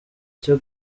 cyo